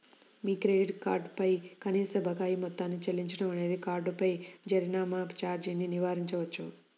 మీ credit card పై కనీస బకాయి మొత్తాన్ని చెల్లించడం అనేది కార్డుపై జరిమానా ఛార్జీని నివారించవచ్చు